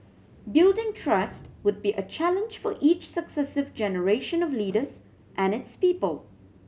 building trust would be a challenge for each successive generation of leaders and its people